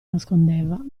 nascondeva